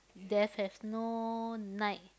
there's have no night